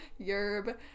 Yerb